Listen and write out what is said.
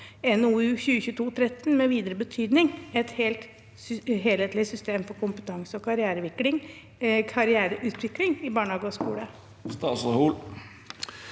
NOU 2022: 13, «Med videre betydning – Et helhetlig system for kompetanse- og karriereutvikling i barnehage og skole»?